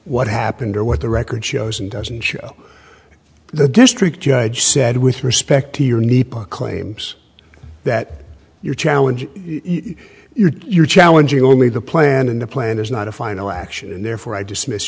what happened or what the record shows and doesn't show the district judge said with respect to your need claims that you're challenging you're challenging only the plan and the plan is not a final action and therefore i dismiss